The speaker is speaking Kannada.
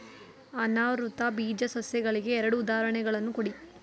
ಅನಾವೃತ ಬೀಜ ಸಸ್ಯಗಳಿಗೆ ಎರಡು ಉದಾಹರಣೆಗಳನ್ನು ಕೊಡಿ